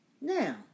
Now